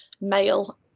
male